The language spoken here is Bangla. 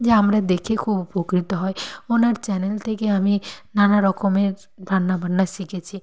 যা আমরা দেখে খুব উপকৃত হই ওনার চ্যানেল থেকে আমি নানা রকমের রান্না বান্না শিখেছি